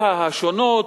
השונות,